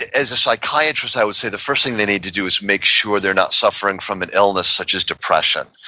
as a psychiatrist, i would say the first thing they need to do is make sure they're not suffering from an illness such as depression,